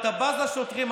אתה בז לשוטרים.